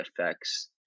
affects